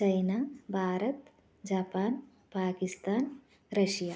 China Bharat Japan Pakistan Russia